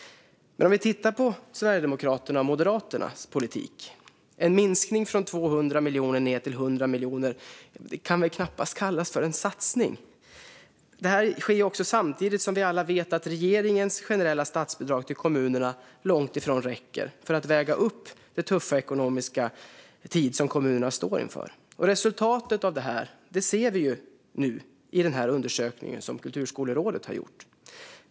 Låt oss titta på Sverigedemokraternas och Moderaternas politik. En minskning från 200 miljoner ned till 100 miljoner kan knappast kallas en satsning. Detta sker samtidigt som vi alla vet att regeringens generella statsbidrag till kommunerna långt ifrån räcker för att väga upp det tuffa ekonomiska läge som kommunerna befinner sig i. Resultatet av det ser vi nu i den undersökning som Kulturskolerådet har gjort.